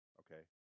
okay